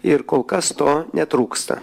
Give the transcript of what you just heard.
ir kol kas to netrūksta